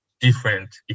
different